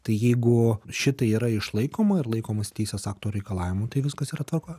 tai jeigu šitai yra išlaikoma ir laikomas teisės akto reikalavimų tai viskas yra tvarkoj